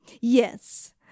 Yes